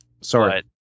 Sorry